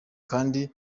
kandi